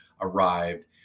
arrived